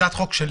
הצעת חוק שלי,